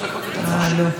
כנסת נכבדה,